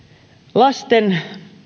lasten